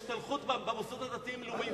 השתלחות במוסד הדתי-לאומי,